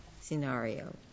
scenario